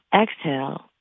exhale